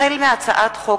החל בהצעת חוק